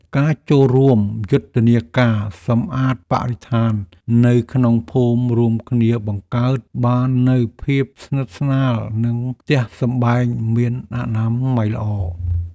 ការចូលរួមយុទ្ធនាការសម្អាតបរិស្ថាននៅក្នុងភូមិរួមគ្នាបង្កើតបាននូវភាពស្និទ្ធស្នាលនិងផ្ទះសម្បែងមានអនាម័យល្អ។